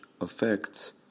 affects